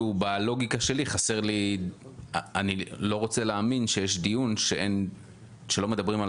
לא רוצה להאמין שיש דיון שלא מדברים על